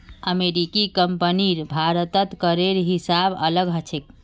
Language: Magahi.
अमेरिकी कंपनीर भारतत करेर हिसाब अलग ह छेक